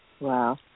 Wow